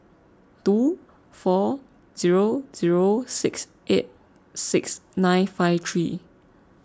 two four zero zero six eight six nine five three